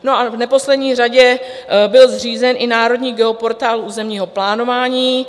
A v neposlední řadě byl zřízen i Národní geoportál územního plánování.